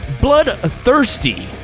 Bloodthirsty